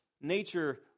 nature